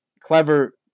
clever